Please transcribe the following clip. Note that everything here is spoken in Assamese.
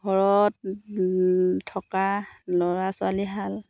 ঘৰত থকা ল'ৰা ছোৱালীহাল